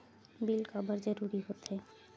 Bill काबर जरूरी होथे?